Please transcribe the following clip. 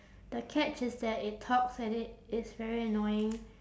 the catch is that it talks and it is very annoying